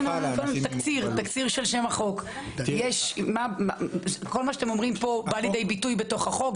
כל מה שאתם אומרים פה בא לידי ביטוי בתוך החוק?